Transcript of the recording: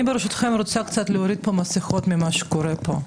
אני רוצה להוריד קצת את המסכות ממה שקורה כאן.